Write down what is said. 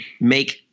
make